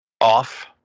off